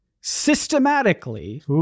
systematically